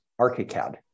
ArchiCAD